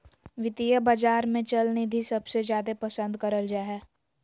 वित्तीय बाजार मे चल निधि सबसे जादे पसन्द करल जा हय